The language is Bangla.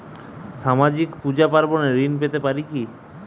সামাজিক পূজা পার্বণে ঋণ পেতে পারে কি?